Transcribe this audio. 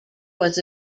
was